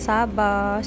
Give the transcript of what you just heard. Sabah